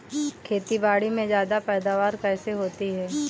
खेतीबाड़ी में ज्यादा पैदावार कैसे होती है?